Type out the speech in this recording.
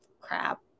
crap